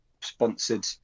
sponsored